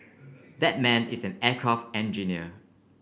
that man is an aircraft engineer